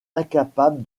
incapable